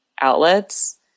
outlets